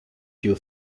you